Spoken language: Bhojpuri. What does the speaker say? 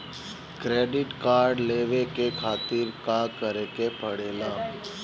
क्रेडिट कार्ड लेवे के खातिर का करेके पड़ेला?